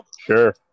Sure